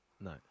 no